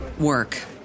work